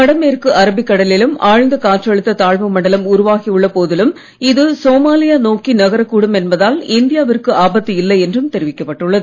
வடமேற்கு அரபிக் கடலிலும் ஆழ்ந்த காற்றழுத்த தாழ்வு மண்டலம் உருவாகி உள்ள போதிலும் இது சோமாலியா நோக்கி நகரக்கூடும் என்பதால் இந்தியாவிற்கு இல்லை தெரிவிக்கப்பட்டுள்ளது